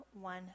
one